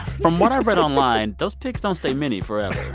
from what i read online, those pigs don't stay mini forever.